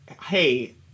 hey